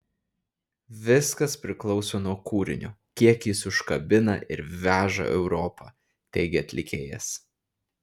viskas priklauso nuo kūrinio kiek jis užkabina ir veža europa teigė atlikėjas